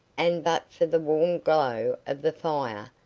and but for the warm glow of the fire,